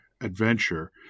adventure